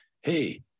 Hey